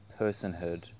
personhood